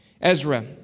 Ezra